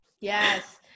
Yes